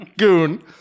Goon